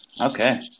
Okay